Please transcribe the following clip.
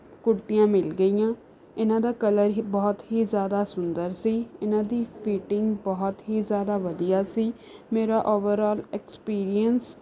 ਕੁੜਤੀਆਂ ਮਿਲ ਗਈਆਂ ਇਹਨਾਂ ਦਾ ਕਲਰ ਹੀ ਬਹੁਤ ਹੀ ਜ਼ਿਆਦਾ ਸੁੰਦਰ ਸੀ ਇਹਨਾਂ ਦੀ ਫਿਟਿੰਗ ਬਹੁਤ ਹੀ ਜ਼ਿਆਦਾ ਵਧੀਆ ਸੀ ਮੇਰਾ ਓਵਰਔਲ ਐਕਸਪੀਰੀਐਂਸ